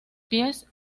pies